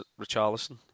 Richarlison